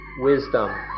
wisdom